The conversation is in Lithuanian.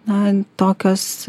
na tokios